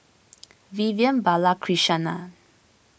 Vivian Balakrishnan